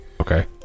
Okay